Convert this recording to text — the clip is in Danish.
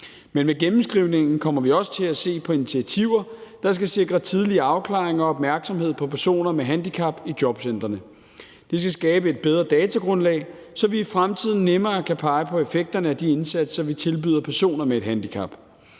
Men med gennemskrivningen kommer vi også til at se på initiativer, der skal sikre tidligere afklaring og opmærksomhed på personer med handicap i jobcentrene. Det skal skabe et bedre datagrundlag, så vi i fremtiden nemmere kan pege på effekterne af de indsatser, vi tilbyder personer med et handicap.